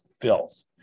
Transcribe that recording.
filth